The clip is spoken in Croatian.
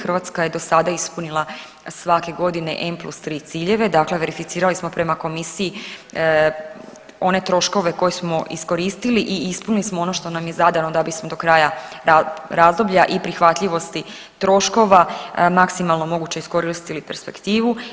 Hrvatska je dosada ispunila svake godine n+3 ciljeve, dakle verificirali smo prema komisiji one troškove koje smo iskoristili i ispunili smo ono što nam je zadano da bismo do kraja razdoblja i prihvatljivosti troškova maksimalno moguće iskoristili perspektivu.